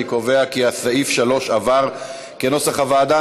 אני קובע כי סעיף 3 התקבל כנוסח הוועדה.